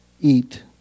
eat